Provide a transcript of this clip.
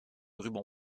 ruban